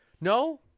No